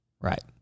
Right